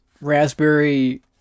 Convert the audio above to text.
raspberry